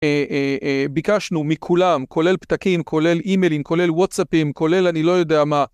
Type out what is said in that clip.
ביקשנו מכולם, כולל פתקים, כולל אימיילים, כולל וואטסאפים, כולל אני לא יודע מה.